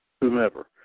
whomever